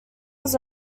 was